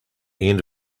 end